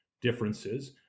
differences